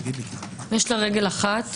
אחת שאומרת: